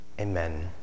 Amen